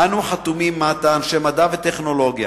"אנו, החתומים מטה, אנשי מדע וטכנולוגיה